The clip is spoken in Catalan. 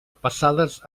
passades